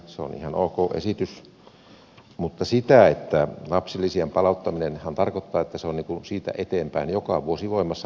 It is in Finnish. se on ihan ok esitys mutta lapsilisien palauttaminenhan tarkoittaa että se on siitä eteenpäin joka vuosi voimassa menona